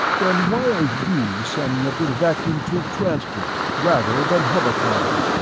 then why are you signing up with vacuum tube transport rather than hovercraft?